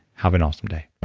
have an awesome day